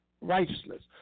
Righteousness